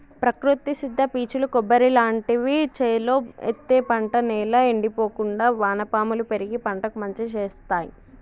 ప్రకృతి సిద్ద పీచులు కొబ్బరి లాంటివి చేలో ఎత్తే పంట నేల ఎండిపోకుండా వానపాములు పెరిగి పంటకు మంచి శేత్తాయ్